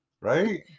Right